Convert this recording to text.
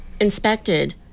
inspected